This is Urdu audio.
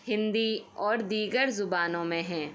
ہندی اور دیگر زبانوں میں ہیں